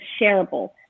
shareable